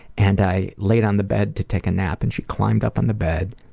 and i laid on the bed to take a nap and she climbed up on the bed,